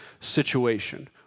situation